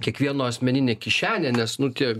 kiekvieno asmeninę kišenę nes nu tie